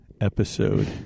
episode